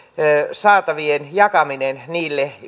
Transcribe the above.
saatavien jakaminen niille